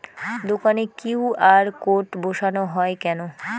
দোকানে QR code বসানো হয় কেন?